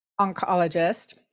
oncologist